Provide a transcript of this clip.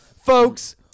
Folks